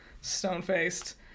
stone-faced